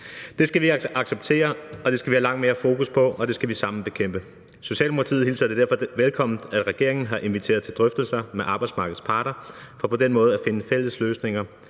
Det skal vi ikke acceptere, og det skal vi have langt mere fokus på, og det skal vi sammen bekæmpe. Socialdemokratiet hilser det derfor velkommen, at regeringen har inviteret til drøftelser med arbejdsmarkedets parter for på den måde at finde fælles løsninger